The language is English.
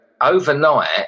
overnight